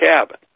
cabin